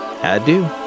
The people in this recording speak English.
adieu